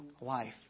life